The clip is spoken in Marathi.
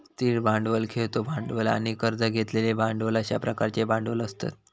स्थिर भांडवल, खेळतो भांडवल आणि कर्ज घेतलेले भांडवल अश्या प्रकारचे भांडवल असतत